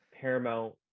paramount